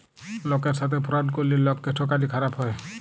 লকের সাথে ফ্রড ক্যরলে লকক্যে ঠকালে খারাপ হ্যায়